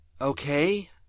Okay